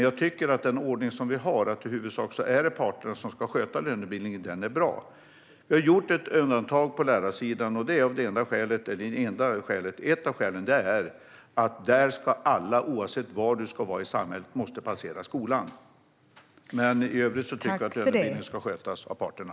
Jag tycker dock att den ordning som vi har, att det i huvudsak är parterna som ska sköta lönebildningen, är bra. Vi har gjort ett undantag på lärarsidan. Ett av skälen är att alla, oavsett var man ska vara i samhället, måste passera skolan. Men i övrigt tycker vi att lönebildning ska skötas av parterna.